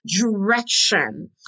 direction